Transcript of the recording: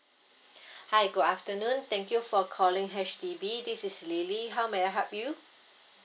hi good afternoon thank you for calling H_D_B this is lily how may I help you